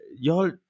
y'all